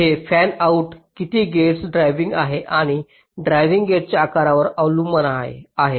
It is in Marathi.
हे फॅनआउट किती गेट्स ड्रायव्हिंग आहे आणि ड्रायव्हिंग गेटच्या आकारावर अवलंबून आहे